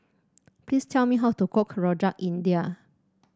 please tell me how to cook Rojak India